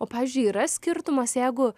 o pavyzdžiui yra skirtumas jeigu